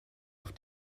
auf